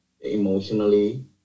emotionally